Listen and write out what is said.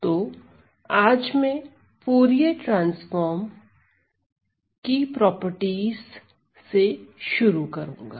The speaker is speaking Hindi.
तो आज मैं फूरिये ट्रांसफॉर्म के प्रगुणों से शुरू करूंगा